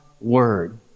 Word